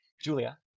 julia